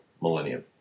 millennium